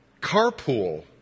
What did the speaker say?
carpool